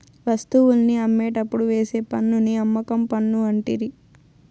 వస్తువుల్ని అమ్మేటప్పుడు వేసే పన్నుని అమ్మకం పన్ను అంటిరి